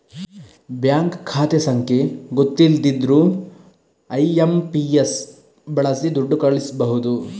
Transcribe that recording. bank ಖಾತೆ ಸಂಖ್ಯೆ ಗೊತ್ತಿಲ್ದಿದ್ರೂ ಐ.ಎಂ.ಪಿ.ಎಸ್ ಬಳಸಿ ದುಡ್ಡು ಕಳಿಸ್ಬಹುದು